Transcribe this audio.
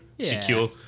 secure